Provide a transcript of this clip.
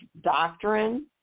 doctrine